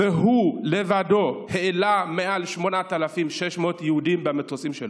והוא לבדו העלה מעל 8,600 יהודים במטוסים שלו